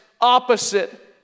opposite